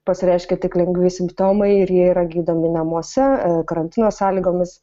pasireiškia tik lengvi simptomai ir jie yra gydomi namuose karantino sąlygomis